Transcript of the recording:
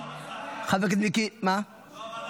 חבר הכנסת מיקי, מה?